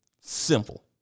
simple